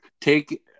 Take